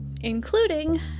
including